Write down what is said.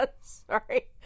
Sorry